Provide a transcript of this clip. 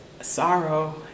sorrow